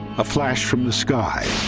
a flash from the sky